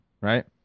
right